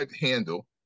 handle